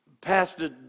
Pastor